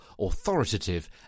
authoritative